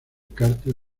cartel